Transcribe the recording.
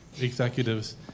executives